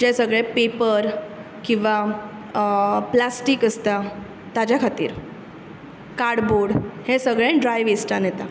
जे सगळे पेपर किंवा प्लास्टीक आसता ताज्या खातीर कार्डबोर्ड हे सगळें ड्राय वेस्टान येता